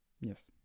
Yes